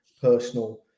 personal